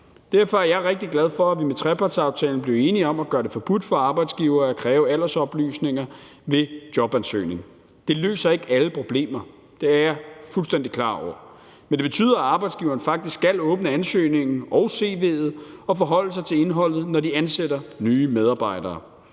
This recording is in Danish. Derfor er jeg rigtig glad for, at vi med trepartsaftalen blev enige om at gøre det forbudt for arbejdsgivere at kræve aldersoplysninger ved jobansøgning. Det løser ikke alle problemer, det er jeg fuldstændig klar over, men det betyder, at arbejdsgiverne faktisk skal åbne ansøgningen og cv'et og forholde sig til indholdet, når de ansætter nye medarbejdere.